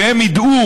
שהם ידעו,